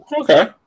Okay